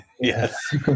Yes